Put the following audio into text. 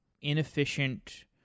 inefficient